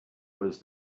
was